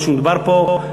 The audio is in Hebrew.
תשעה נגד ואפס נמנעים.